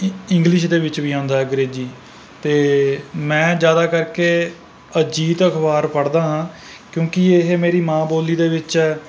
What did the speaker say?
ਇ ਇੰਗਲਿਸ਼ ਦੇ ਵਿੱਚ ਵੀ ਆਉਂਦਾ ਹੈ ਅੰਗਰੇਜ਼ੀ ਅਤੇ ਮੈਂ ਜ਼ਿਆਦਾ ਕਰਕੇ ਅਜੀਤ ਅਖ਼ਬਾਰ ਪੜ੍ਹਦਾ ਹਾਂ ਕਿਉਂਕਿ ਇਹ ਮੇਰੀ ਮਾਂ ਬੋਲੀ ਦੇ ਵਿੱਚ ਹੈ